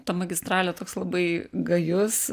ta magistralė toks labai gajus